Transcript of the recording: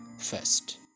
first